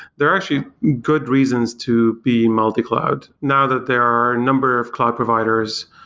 there are actually good reasons to be multi-cloud. now that there are a number of cloud providers,